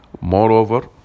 moreover